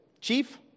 Chief